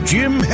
Jim